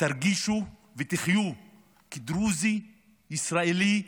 ותרגישו ותחיו כדרוזי ישראלי,